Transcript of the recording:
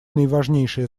наиважнейшее